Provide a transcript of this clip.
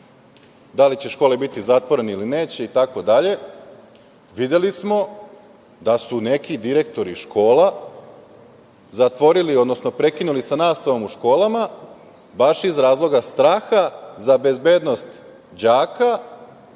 da li će škole biti zatvorene ili neće itd. Videli smo da su neki direktori škola prekinuli sa nastavom u školama baš iz razloga straha za bezbednost đaka.